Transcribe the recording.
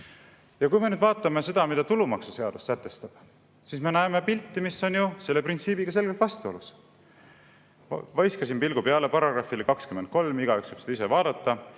Kui me nüüd vaatame seda, mida tulumaksuseadus sätestab, siis me näeme pilti, mis on selle printsiibiga selgelt vastuolus. Ma viskasin pilgu peale §-le 23, igaüks võib seda ise vaadata.